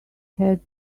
had